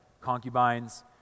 concubines